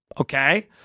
Okay